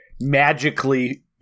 magically